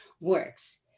works